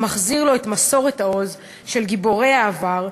המחזיר לו את מסורת העוז של גיבורי העבר,